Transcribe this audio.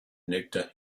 nectar